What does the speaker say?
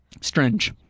Strange